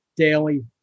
daily